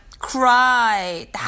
Cry